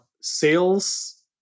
sales